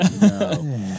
no